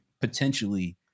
potentially